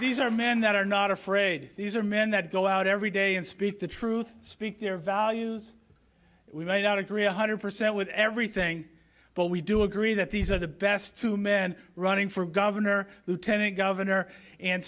these are men that are not afraid these are men that go out every day and speak the truth speak their values we may not agree one hundred percent with everything but we do agree that these are the best two men running for governor lieutenant governor and